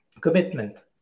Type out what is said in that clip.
commitment